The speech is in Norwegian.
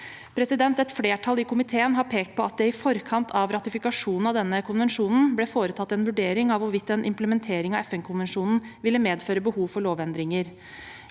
i Norge. Et flertall i komiteen har pekt på at det i forkant av ratifikasjonen av denne konvensjonen ble foretatt en vurdering av hvorvidt en implementering av FN-konvensjonen ville medføre behov for lovendringer.